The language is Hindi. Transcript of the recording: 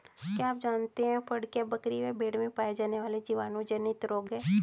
क्या आप जानते है फड़कियां, बकरी व भेड़ में पाया जाने वाला जीवाणु जनित रोग है?